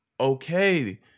okay